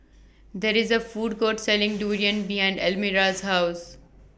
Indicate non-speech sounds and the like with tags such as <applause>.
There IS A Food Court Selling <noise> Durian behind Elmira's House